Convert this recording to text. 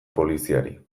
poliziari